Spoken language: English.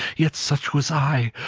yet such was i!